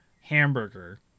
hamburger